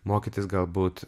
mokytis galbūt